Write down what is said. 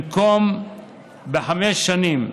במקום בחמש שנים,